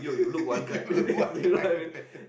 you look one kind man